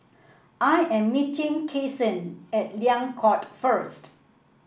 I am meeting Kyson at Liang Court first